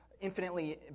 infinitely